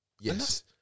Yes